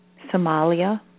Somalia